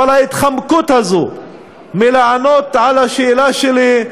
אבל ההתחמקות מלענות על השאלה שלי,